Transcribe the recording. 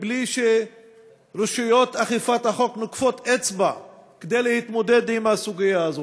בלי שרשויות אכיפת החוק נוקפות אצבע כדי להתמודד עם הסוגיה הזאת.